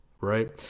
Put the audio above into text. right